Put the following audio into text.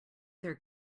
their